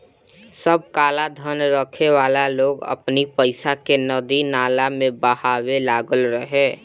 सब कालाधन रखे वाला लोग अपनी पईसा के नदी नाला में बहावे लागल रहे